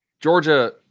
Georgia